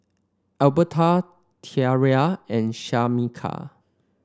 Albertha Tierra and Shamika